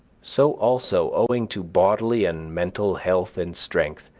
so also, owing to bodily and mental health and strength,